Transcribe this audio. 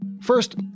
First